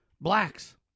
blacks